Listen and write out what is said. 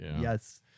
Yes